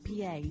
PA